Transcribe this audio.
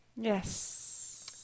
Yes